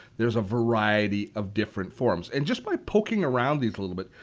there's a variety of different forms and just by poking around these a little bit,